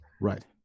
Right